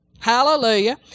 Hallelujah